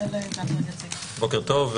בוקר טוב.